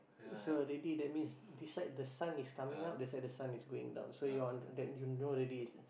so already that means this side the sun is coming up that side the sun is going down so you are on that then you know already